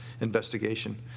investigation